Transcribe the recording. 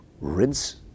rinse